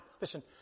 Listen